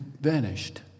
vanished